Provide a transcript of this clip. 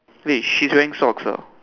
wait she's wearing socks ah